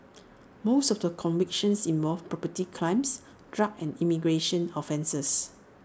most of the convictions involved property crimes drug and immigration offences